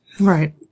Right